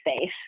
safe